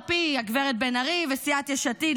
על פי הגב' בן ארי וסיעת יש עתיד,